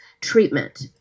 treatment